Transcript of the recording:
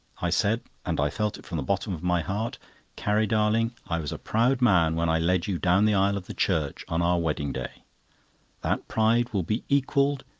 i said and i felt it from the bottom of my heart carrie darling, i was a proud man when i led you down the aisle of the church on our wedding-day that pride will be equalled,